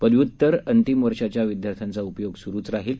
पदव्य्तर अंतिम वर्षाच्या विद्यार्थ्यांचा उपयोग सुरुच राहिल